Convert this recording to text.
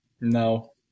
No